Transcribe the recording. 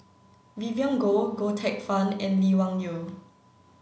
Vivien Goh Goh Teck Phuan and Lee Wung Yew